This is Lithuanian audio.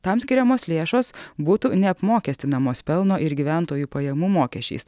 tam skiriamos lėšos būtų neapmokestinamos pelno ir gyventojų pajamų mokesčiais